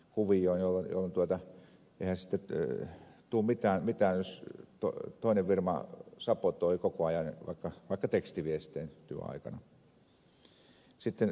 pulliaisen mainitsemaan yrittäjäkuvioon jolloin eihän siitä tule mitään jos toinen firma sabotoi koko ajan vaikka tekstiviestein työaikana